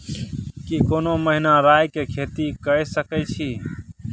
की कोनो महिना राई के खेती के सकैछी?